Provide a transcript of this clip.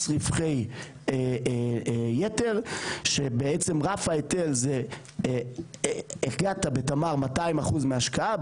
מס רווחי יתר שבעצם רף ההיטל בתמר זה 200% מההשקעה,